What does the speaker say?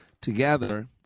Together